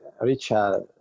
Richard